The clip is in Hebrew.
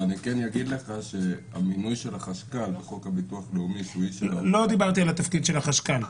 אבל המינוי של החשכ"ל- -- לא דיברתי על תפקיד החשכ"ל.